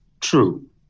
True